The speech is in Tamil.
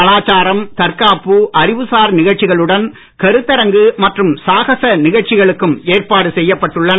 கலாச்சாரம் தற்காப்பு அறிவுசார் நிகழ்ச்சிகளுடன் கருத்தாங்கு சாகச நிகழ்ச்சிகளுக்கு ஏற்பாடு செய்யப்பட்டுள்ளன